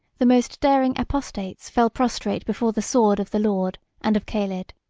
the most daring apostates fell prostrate before the sword of the lord and of caled.